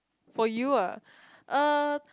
for you ah uh